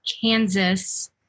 Kansas